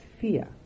fear